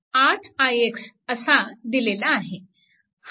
तो 8ix असा दिलेला आहे